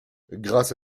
grâce